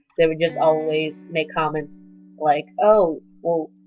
they would just always make comments like, oh well,